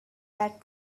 that